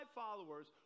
followers